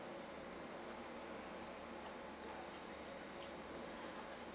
ah